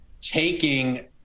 taking